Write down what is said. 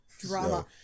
drama